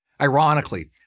Ironically